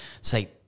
say